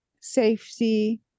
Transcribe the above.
safety